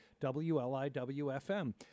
WLIWFM